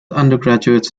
undergraduates